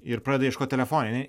ir pradeda ieškot telefone jinai